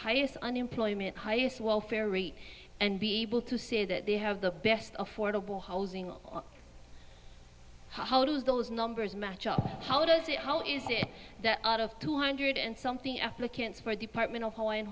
highest unemployment highest welfare rate and be able to say that they have the best affordable housing or how do those numbers match up how does it how is it that out of two hundred and something applicants for department of homeland